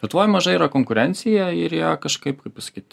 lietuvoj maža yra konkurencija ir jie kažkaip kaip pasakyt